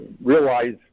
realize